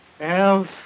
else